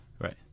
Right